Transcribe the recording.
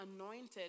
anointed